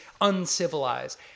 uncivilized